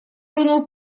вынул